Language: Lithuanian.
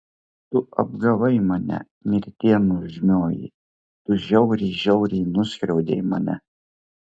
tu apgavai mane mirtie nuožmioji tu žiauriai žiauriai nuskriaudei mane